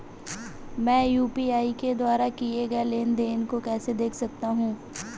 मैं यू.पी.आई के द्वारा किए गए लेनदेन को कैसे देख सकता हूं?